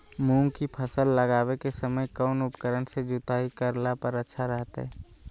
मूंग के फसल लगावे के समय कौन उपकरण से जुताई करला पर अच्छा रहतय?